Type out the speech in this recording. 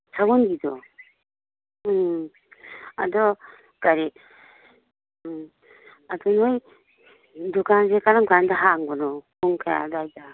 ꯁꯎꯟꯒꯤꯗꯣ ꯎꯝ ꯑꯗꯣ ꯀꯔꯤ ꯎꯃ ꯑꯗꯨ ꯅꯣꯏ ꯗꯨꯀꯥꯟꯁꯦ ꯀꯔꯝ ꯀꯥꯟꯗ ꯍꯥꯡꯕꯅꯣ ꯄꯨꯡ ꯀꯌꯥ ꯑꯗꯨꯋꯥꯏꯗ